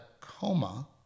coma